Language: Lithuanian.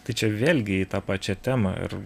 tai čia vėlgi į tą pačią temą ir